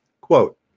Quote